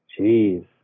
Jeez